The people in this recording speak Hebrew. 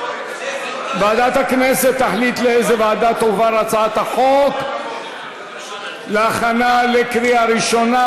ועדת הכנסת תחליט לאיזו ועדה תועבר הצעת החוק להכנה לקריאה ראשונה.